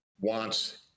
wants